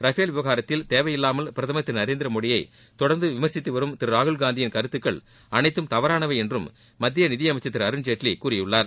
Rafale விவகாரத்தில் தேவையில்லாமல் பிரதமர் திரு நரேந்திரமோடியை தொடர்ந்து விமர்ச்சித்துவரும் ராகுல்காந்தியின் கருத்துகள் அனைததும் தவறானவை என்று மத்திய நிதியமைச்சர் திரு அருண்ஜேட்லியும் கூறியுள்ளார்